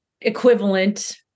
Equivalent